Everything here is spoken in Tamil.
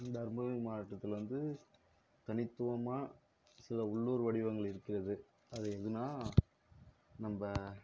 தர்மபுரி மாவட்டத்தில் வந்து தனித்துவமாக சில உள்ளூர் வடிவங்கள் இருக்கிறது அது எதுன்னால் நம்ப